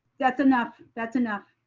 that's enough, that's enough.